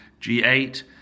G8